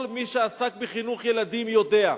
כל מי שעסק בחינוך ילדים יודע: